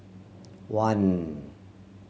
one